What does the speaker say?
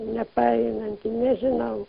nepaeinanti nežinau